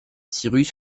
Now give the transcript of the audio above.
cyrus